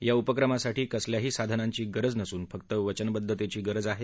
या उपक्रमासाठी कसल्याही साधनांची गरज नसून फक्त वचनबद्वतेची गरज आहे